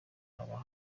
babaha